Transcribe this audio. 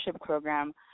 program